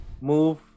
move